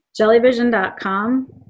Jellyvision.com